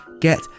get